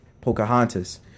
Pocahontas